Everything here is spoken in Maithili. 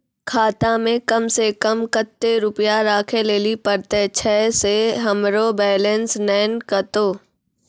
खाता मे कम सें कम कत्ते रुपैया राखै लेली परतै, छै सें हमरो बैलेंस नैन कतो?